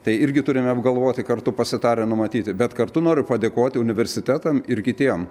tai irgi turime apgalvoti kartu pasitarę numatyti bet kartu noriu padėkoti universitetam ir kitiem